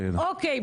כנסת.